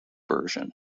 version